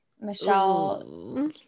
Michelle